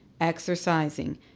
exercising